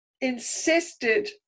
insisted